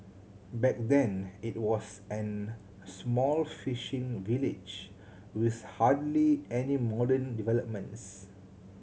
back then it was an small fishing village with hardly any modern developments